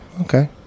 Okay